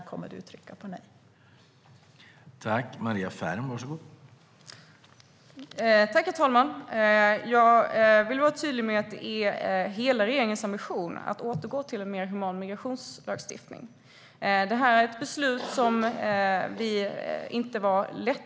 När kommer du att trycka på nejknappen?